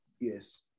Yes